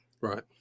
right